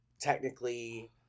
technically